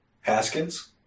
Haskins